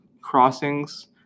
crossings